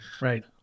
Right